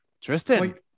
Tristan